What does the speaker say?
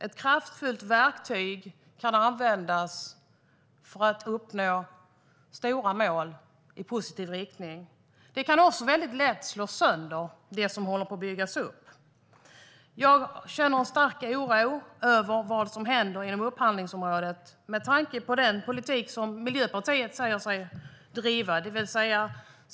Ett kraftfullt verktyg kan användas för att uppnå stora mål i positiv riktning. Det kan också lätt slå sönder det som håller på att byggas upp. Jag känner stark oro över vad som händer på upphandlingsområdet med tanke på den politik som Miljöpartiet säger sig driva.